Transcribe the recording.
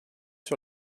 sur